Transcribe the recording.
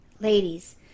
Ladies